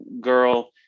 girl